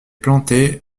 plantées